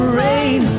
rain